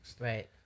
right